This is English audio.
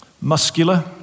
muscular